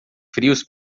frios